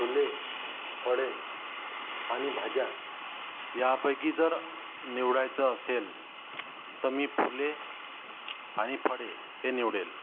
फुले फळे आणि भाज्या या पैकी जर निवडायचं असेल तर मी फुले आणि फळे हे निवडेल